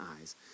eyes